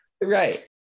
Right